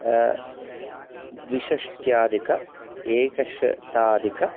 द्विषष्ट्याधिक एकशताधिक